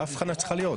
זו ההבחנה שצריכה להיות.